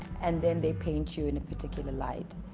and then they paint you in a particular light.